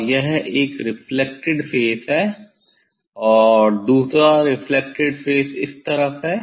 और यह एक रेफ्लेक्टेड फेस है और दूसरा रेफ्लेक्टेड फेस इस तरफ है